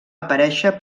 aparèixer